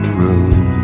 room